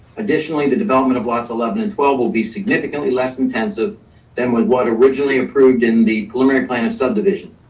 additionally, the development of lots of eleven and twelve will be significantly less intensive than with what originally approved in the preliminary plan of subdivision.